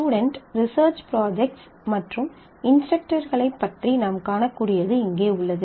student research projects மற்றும் இன்ஸ்டரக்டர்களைப் பற்றி நாம் காணக்கூடியது இங்கே உள்ளது